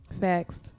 Facts